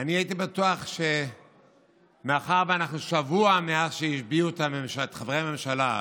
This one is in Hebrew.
אני הייתי בטוח שמאחר שאנחנו שבוע מאז שהשביעו את חברי הממשלה,